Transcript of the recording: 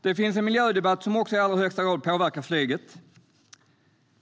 Det finns en miljödebatt som i allra högsta grad påverkar flyget.